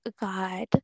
God